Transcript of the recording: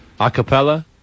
Acapella